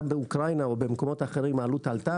גם באוקראינה ובמקומות אחרים העלות עלתה'